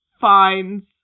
finds